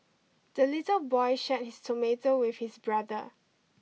the little boy shared his tomato with his brother